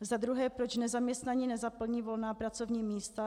Za druhé: Proč nezaměstnaní nezaplní volná pracovní místa?